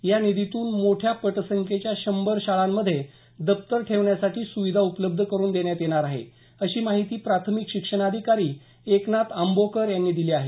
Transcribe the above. या निधीतून मोठ्या पटसंख्येच्या शंभर शाळांमध्ये दप्तर ठेवण्याची सुविधा उपलब्ध करून देण्यात येणार आहे अशी माहिती प्राथमिक शिक्षणाधिकारी एकनाथ आंबोकर यांनी दिली आहे